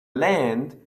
land